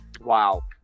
wow